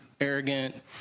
arrogant